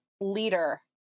leader